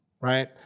right